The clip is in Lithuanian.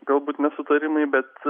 galbūt nesutarimai bet